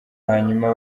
hanyuma